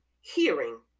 hearing